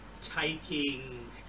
Taking